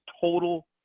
total